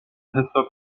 صبح